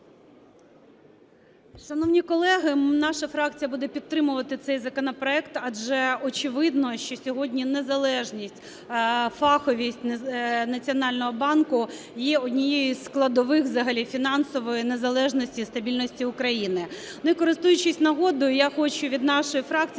Шановні колеги, наша фракція буде підтримувати цей законопроект. Адже очевидно, що сьогодні незалежність, фаховість Національного банку є однією із складових взагалі фінансової незалежності і стабільності України. Користуючись нагодою, я хочу від нашої фракції,